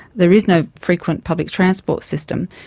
there is no frequent public transport system.